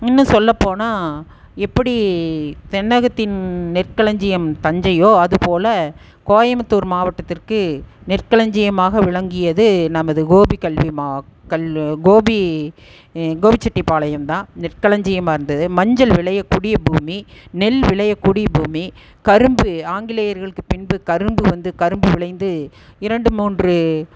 இன்னும் சொல்லப்போனால் எப்படி தென்னகத்தின் நெற்களஞ்சியம் தஞ்சையோ அதுபோல கோயம்புத்தூர் மாவட்டத்திற்கு நெற்களஞ்சியமாக விளங்கியது நமது கோபி கல்வி மா கல் கோபி கோபிசெட்டிபாளையம் தான் நெற்களஞ்சியமாக இருந்தது மஞ்சள் விளையக்கூடிய பூமி நெல் விளையக்கூடிய பூமி கரும்பு ஆங்கிலேயர்களுக்கு பின்பு கரும்பு வந்து கரும்பு விளைந்து இரண்டு மூன்று